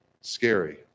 scary